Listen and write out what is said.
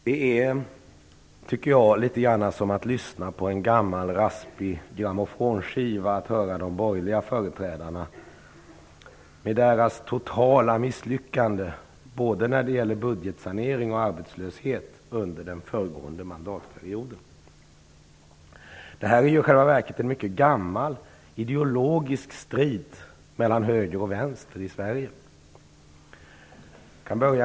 Det är litet grand som att lyssna på en gammal raspig grammofonskiva att höra de borgerliga företrädarna, som så totalt misslyckades när det gällde både budgetsanering och arbetslöshet under den föregående mandatperioden. Detta är ju i själva verket en mycket gammal, ideologisk strid mellan Högern och Vänstern i Sverige.